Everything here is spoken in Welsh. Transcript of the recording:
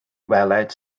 weled